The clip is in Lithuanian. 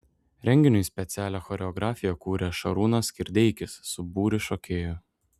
renginiui specialią choreografiją kūrė šarūnas kirdeikis su būriu šokėjų